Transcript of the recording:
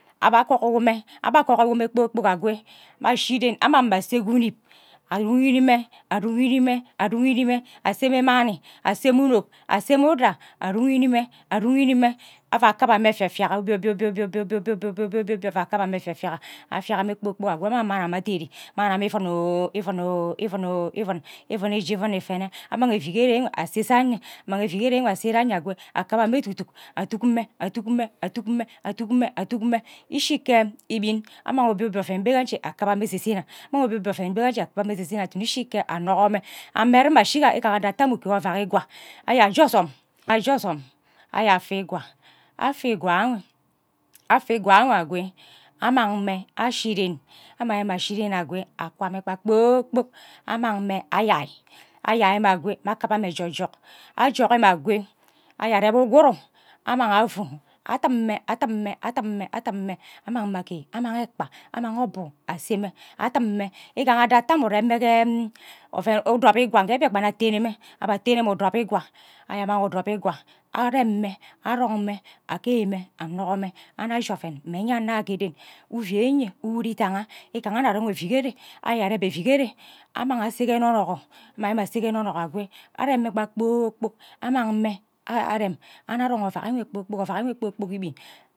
Abhe agork mme abhe agogi mme akwe ashi ren amang mme ase ke unib adogiri mme adogiri mme adogiri ase mme mani ase mme unuk ase mme mme uda adoguri mme adoguri mme evea akiba mme efiafiaka obie obie obie obie obie obie obie obie obie obie obie obie ava kiba mme efiafiaka afiaka kpor kpok akwo abha amang mani amme aderi mani amme ivun ivun ivun ivun ivun ije ivun ifone amang evikere enw ase ase asai nye ammang evikere enwe ase ran yen akwo akiba mme edu eduk aduk mme aduk mme eduk mme eduk mme eduk mme ishike ibin annang obie obie oven bhe ke enye nje akiba mme ese amang obie oven mbe ke nje akiba mme ese ikibi ish kime anno mme ame erima ashiga igaha nna ame udo afe usuno ukie oviak ikwa ayen je ozom aje ozom aya afa ikwa afaikwa enwe akwe amang mme ashi ke ren amangi mme ashi ren akwe akwa mme kpa kpor kpok amang mme ayai ayai mme akwe okibe mme ejejok ajoki mme akwe aya areb ushuren aya amang afu atum mme atum mme atum mme annang mme akie amang ekpa amang ogbu ase mme atum mme igaha adorte ambe rem mme. Udop ikwa ngha mbiakpen nma atene mme abhe atene mme udub ikwa arem mme arong mme akie mme annugor mme annug ashi oven mme eyan onno yo ke den uvieye uru idanya igaha nna areb evikere ayeb areb evikere amang ase ke nonogor annang mme ase ke nonogor akwo arem me kpa kpor kpok amang mme arem anno arong avak enw kpor kpok ovak ewe kpor kpok ibin